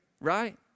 right